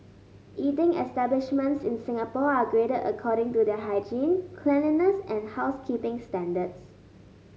eating establishments in Singapore are graded according to their hygiene cleanliness and housekeeping standards